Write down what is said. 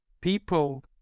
people